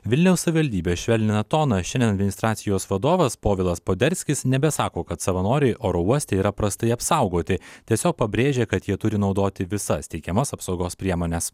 vilniaus savivaldybė švelnina toną šiandien administracijos vadovas povilas poderskis nebesako kad savanoriai oro uoste yra prastai apsaugoti tiesiog pabrėžė kad jie turi naudoti visas teikiamas apsaugos priemones